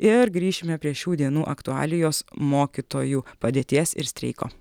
ir grįšime prie šių dienų aktualijos mokytojų padėties ir streiko